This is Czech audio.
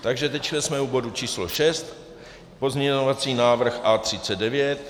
Takže teď jsme u bodu číslo šest pozměňovací návrh A39.